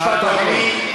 משפט אחרון.